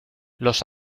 los